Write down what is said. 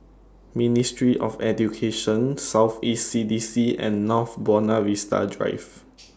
Ministry of Education South East C D C and North Buona Vista Drive